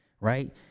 right